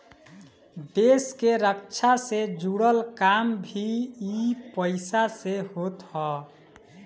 देस के रक्षा से जुड़ल काम भी इ पईसा से होत हअ